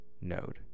node